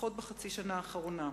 לפחות בחצי השנה האחרונה.